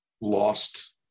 lost